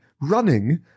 running